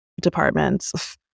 departments